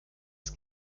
das